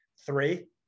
three